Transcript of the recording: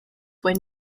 when